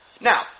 Now